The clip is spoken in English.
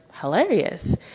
hilarious